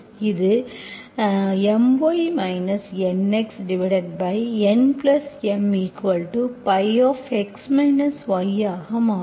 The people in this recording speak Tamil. இது எனதுMy NxNM ϕx y ஆக மாறும்